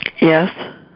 Yes